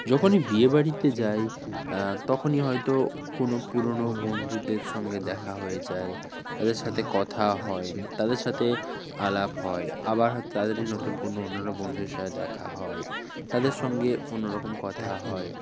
যখনই বিয়ে বাড়িতে যাই তখনই হয়তো কোনো পুরনো বন্ধুদের সঙ্গে দেখা হয়ে যায় তাদের সাথে কথা হয় তাদের সাথে আলাপ হয় আবার হয়তো তাদেরই নতুন কোনো অন্যান্য বন্ধুদের সাথে দেখা হয় তাদের সঙ্গে অন্য রকম কথা হয়